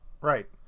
Right